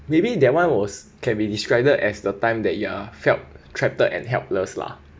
maybe that one was can be described as the time that you are felt threatened and helpless lah